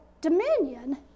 dominion